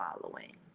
following